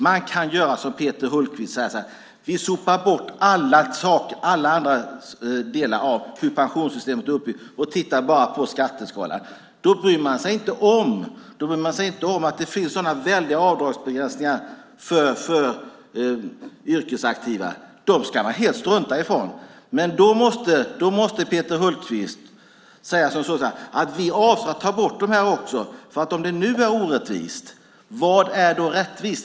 Man kan göra som Peter Hultqvist och säga: Vi sopar bort alla andra delar av hur pensionssystemet är uppbyggt och tittar bara på skatteskalan. Då bryr man sig inte om att det finns väldiga avdragsbegränsningar för yrkesaktiva. De ska man helt strunta i. Men då måste Peter Hultqvist säga: Vi avser att ta bort dessa också. För om det nu är orättvist, vad är då rättvist?